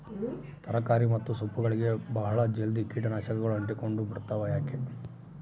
ತರಕಾರಿ ಮತ್ತು ಸೊಪ್ಪುಗಳಗೆ ಬಹಳ ಜಲ್ದಿ ಕೇಟ ನಾಶಕಗಳು ಅಂಟಿಕೊಂಡ ಬಿಡ್ತವಾ ಯಾಕೆ?